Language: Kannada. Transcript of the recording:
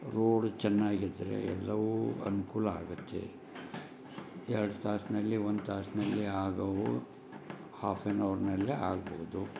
ರೋಡು ಚೆನ್ನಾಗಿದ್ರೆ ಎಲ್ಲವೂ ಅನುಕೂಲ ಆಗತ್ತೆ ಎರಡು ತಾಸ್ನಲ್ಲಿ ಒಂದು ತಾಸ್ನಲ್ಲಿ ಆಗವು ಹಾಫ್ ಆ್ಯನ್ ಅವರ್ನಲ್ಲೆ ಆಗ್ಬಹುದು